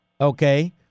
Okay